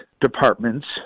departments